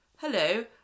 hello